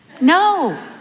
No